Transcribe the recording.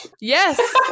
Yes